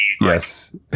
Yes